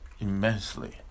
immensely